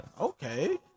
Okay